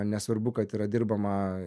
nesvarbu kad yra dirbama